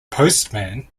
postman